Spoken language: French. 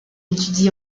étudie